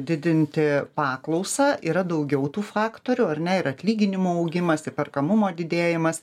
didinti paklausą yra daugiau tų faktorių ar ne ir atlyginimų augimas įperkamumo didėjimas